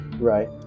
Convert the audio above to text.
Right